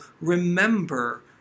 remember